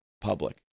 public